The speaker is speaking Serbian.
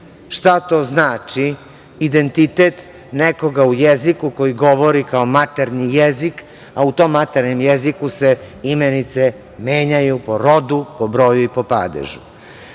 šta to znači identitet nekoga u jeziku, koji govori kao maternji jezik, a u tom maternjem jeziku se imenice menjaju po rodu, po broju i po padežu. Tako